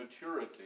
maturity